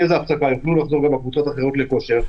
תהיה הפסקה וגם בקבוצות אחרות יוכלו לחזור לכושר.